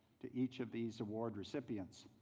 to each of these award recipients.